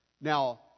Now